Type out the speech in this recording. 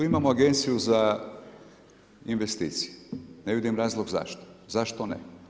Tu imamo Agenciju za investicije, ne vidim razlog zašto, zašto ne.